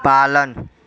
पालन